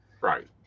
Right